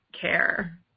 care